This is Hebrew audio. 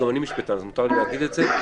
גם אני משפטן אז מותר לי להגיד את זה,